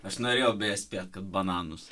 aš norėjau beje spėt kad bananus